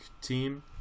team